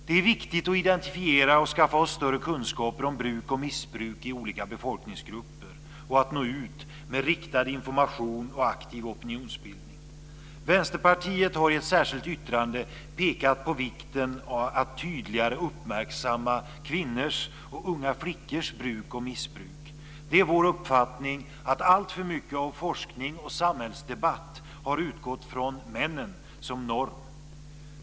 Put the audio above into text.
Det är viktigt att identifiera och skaffa oss större kunskaper om bruk och missbruk i olika befolkningsgrupper och att nå ut med riktad information och aktiv opinionsbildning. Vänsterpartiet har i ett särskilt yttrande pekat på vikten av att tydligare uppmärksamma kvinnors och unga flickors bruk och missbruk. Det är vår uppfattning att alltför mycket av forskning och samhällsdebatt har utgått från mannen som norm.